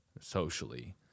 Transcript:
socially